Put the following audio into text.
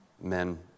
men